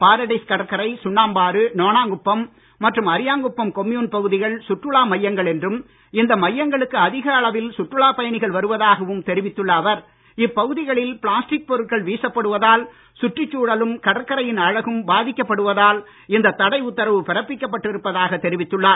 Paradise கடற்கரை சுண்ணாம்பாறு நோணாங்குப்பம் மற்றும் Ariyankuppam commune பகுதிகள் சுற்றுலா மையங்கள் என்றும் இந்த மையங்களுக்கு அதிக அளவில் சுற்றுலாப் பயணிகள் வருவதாகவும் தெரிவித்துள்ள அவர் இப்பகுதிகளில் பிளாஸ்டிக் பொருட்கள் வீசப் படுவதால் சுற்றுச்சூழலும் கடற்கரையின் அழகும் பாதிக்கப் படுவதால் இந்த தடை உத்தரவு பிறப்பிக்கப் பட்டிருப்பதாகத் தெரிவித்துள்ளார்